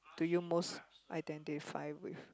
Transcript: do you most identified with